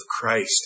Christ